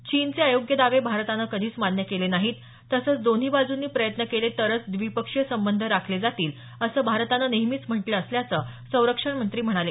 चीनचे अयोग्य दावे भारतानं कधीच मान्य केले नाहीत तसंच दोन्ही बाजूंनी प्रयत्न केले तरच द्विपक्षीय संबंध राखले जातील असं भारतानं नेहमीच म्हटलं असल्याचं संरक्षणमंत्री म्हणाले